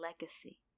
legacy